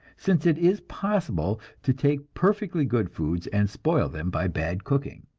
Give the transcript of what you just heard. since it is possible to take perfectly good foods and spoil them by bad cooking.